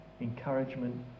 encouragement